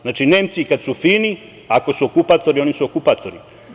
Znači, Nemci i kada su fini ako su okupatori, oni su okupatori.